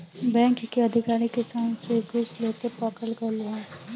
bank के अधिकारी किसान से घूस लेते पकड़ल गइल ह